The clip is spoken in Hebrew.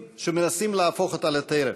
שמנסים להפוך אותה לטרף,